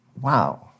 wow